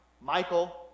Michael